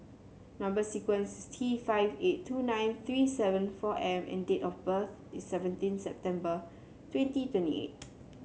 number sequence is T five eight two nine three seven four M and date of birth is seventeen September twenty twenty eight